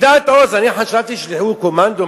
אני חשבתי שישלחו קומנדו,